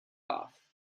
off